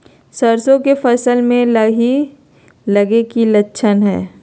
सरसों के फसल में लाही लगे कि लक्षण हय?